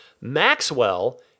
Maxwell